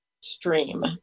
stream